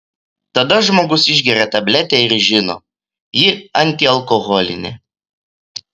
tada žmogus išgeria tabletę ir žino ji antialkoholinė